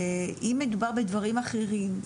אם מדובר בדברים אחרים,